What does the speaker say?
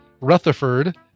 Rutherford